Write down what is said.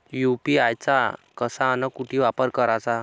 UPI चा कसा अन कुटी वापर कराचा?